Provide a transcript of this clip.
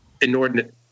inordinate